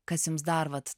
kas jums dar vat